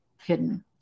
hidden